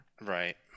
right